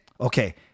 Okay